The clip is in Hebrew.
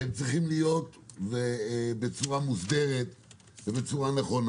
והם צריכים להיות בצורה מוסדרת ובצורה נכונה.